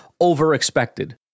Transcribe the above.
over-expected